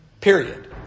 Period